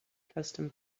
custom